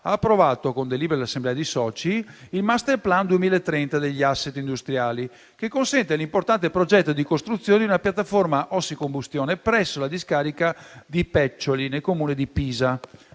ha approvato, con delibera dell'assemblea dei soci, il *masterplan* 2030 degli *asset* industriali, che consente l'importante progetto di costruzione di una piattaforma ad ossicombustione presso la discarica di Peccioli, nel Comune di Pisa,